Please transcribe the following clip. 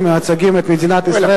אני המאשר היחיד של שאילתות בעל-פה,